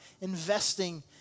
investing